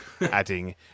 adding